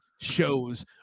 shows